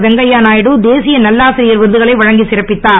வெங்கைய நாயுடு தேசிய நல்லாசிரியர் விருதுகளை வழங்கி சிறப்பித்தார்